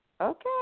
Okay